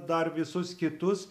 dar visus kitus